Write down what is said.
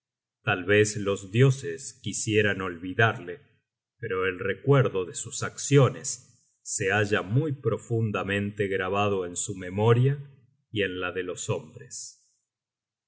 tal vez los dioses quisieran olvidarle pero el recuerdo de sus acciones se halla muy profundamente grabado en su memoria y en la de los hombres